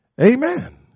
Amen